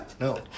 No